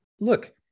Look